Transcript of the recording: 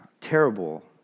Terrible